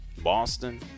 boston